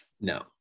No